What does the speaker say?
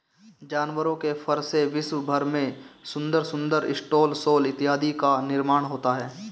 जानवरों के फर से विश्व भर में सुंदर सुंदर स्टॉल शॉल इत्यादि का निर्माण होता है